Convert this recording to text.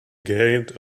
gate